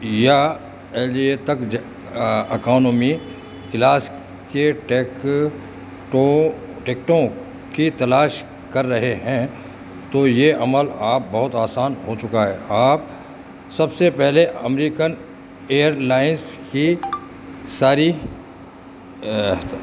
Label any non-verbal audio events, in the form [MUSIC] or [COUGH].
یا [UNINTELLIGIBLE] تک economy class کے ٹیکٹوں ٹیکٹوں کی تلاش کر رہے ہیں تو یہ عمل آپ بہت آسان ہو چکا ہے آپ سب سے پہلے امریکن ایئرلائنس کی ساری